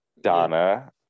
Donna